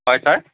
হয় ছাৰ